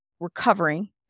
Recovering